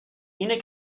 اینه